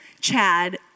Chad